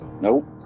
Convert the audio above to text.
Nope